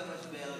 את המשבר,